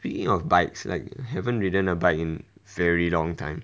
speaking of bikes like haven't ridden a bike in very long time